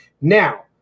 Now